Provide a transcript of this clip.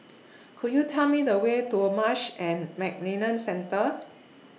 Could YOU Tell Me The Way to A Marsh and McLennan Centre